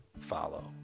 follow